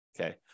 Okay